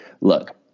Look